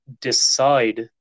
decide